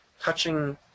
touching